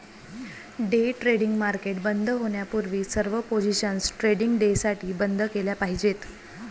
day trading market बंद होण्यापूर्वी सर्व पोझिशन्स ट्रेडिंग डेसाठी बंद केल्या पाहिजेत